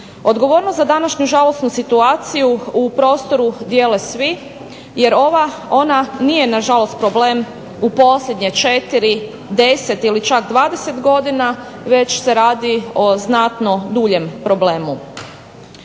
Odgovornost za današnju žalosnu situaciju u prostoru dijele svi jer ova nije ona nažalost problem u posljednje 4, 10 ili čak 20 godina već se radi o znatno duljem problemu.